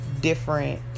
different